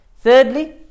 Thirdly